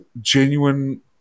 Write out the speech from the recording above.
genuine